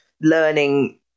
learning